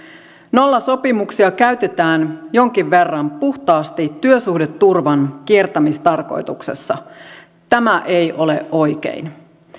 nollasopimuksia käytetään jonkin verran puhtaasti työsuhdeturvan kiertämistarkoituksessa tämä ei ole oikein